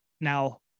now